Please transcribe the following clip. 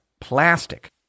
plastic